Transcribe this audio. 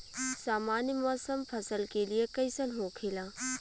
सामान्य मौसम फसल के लिए कईसन होखेला?